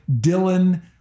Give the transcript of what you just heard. Dylan